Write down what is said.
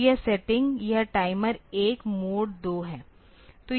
तो यह सेटिंग यह टाइमर 1 मोड 2 है